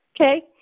Okay